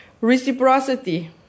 Reciprocity